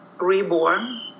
reborn